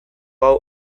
hau